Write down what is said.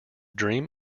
dream